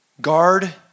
guard